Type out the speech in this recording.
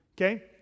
okay